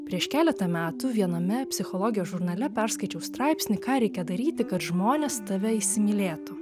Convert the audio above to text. prieš keletą metų viename psichologijos žurnale perskaičiau straipsnį ką reikia daryti kad žmonės tave įsimylėtų